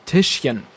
Tischchen